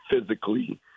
physically